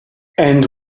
and